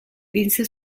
vinse